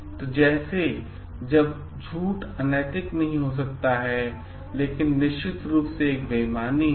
तो जैसे सब झूठ अनैतिक नहीं हो सकता है लेकिन निश्चित रूप से एक बेईमानी है